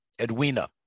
Edwina